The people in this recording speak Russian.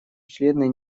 члены